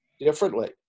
differently